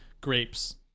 grapes